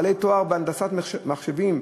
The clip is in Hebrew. בעלי תואר בהנדסת מחשבים,